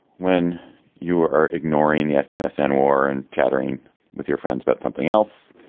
when you are ignoring the afghanistan war and chatting with your friends about something else,